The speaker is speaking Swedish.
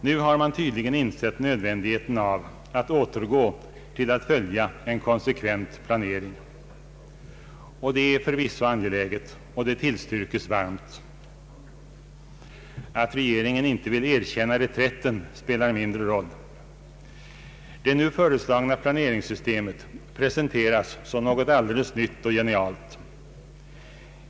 Nu har man tydligen insett nödvändigheten av att återgå till att följa en konsekvent planering, och det är förvisso angeläget. Det tillstyrkes varmt. Att regeringen inte vill erkänna reträtten spelar mindre roll. Det nu föreslagna planeringssystemet presenteras som något alldeles nytt och genialt.